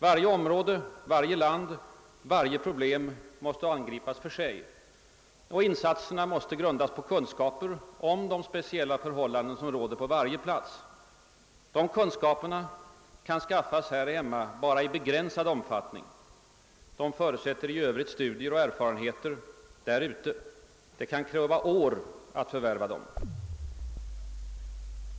Varje område, varje land och varje problem måste angripas för sig, och insatserna måste grundas på kunskap om de speciella förhållanden som råder på varje plats. De kunskaperna kan skaffas här hemma bara i begränsad omfattning. De förutsätter i övrigt studier och erfarenheter där ute. Det kan kräva år att förvärva dem. Herr talman! Jag har ända från början varit tvivlande beträffande uppläggningen av den svenska u-hjälpen.